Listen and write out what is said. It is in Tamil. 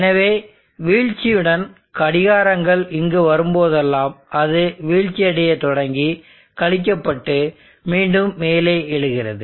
எனவே வீழ்ச்சியுடன் கடிகாரங்கள் இங்கு வரும்போதெல்லாம் அது வீழ்ச்சியடைய தொடங்கி கழிக்கப்பட்டு மீண்டும் மேலே எழுகிறது